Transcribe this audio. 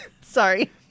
Sorry